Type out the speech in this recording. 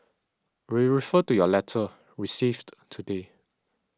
we refer to your letter received today